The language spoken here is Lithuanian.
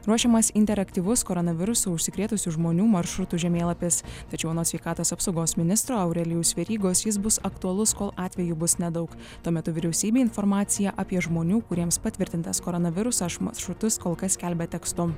ruošiamas interaktyvus koronavirusu užsikrėtusių žmonių maršrutų žemėlapis tačiau anot sveikatos apsaugos ministro aurelijaus verygos jis bus aktualus kol atvejų bus nedaug tuo metu vyriausybė informaciją apie žmonių kuriems patvirtintas koronavirusas maršrutus kol kas skelbia tekstu